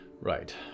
Right